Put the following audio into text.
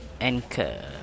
anchor